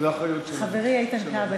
חברי איתן כבל,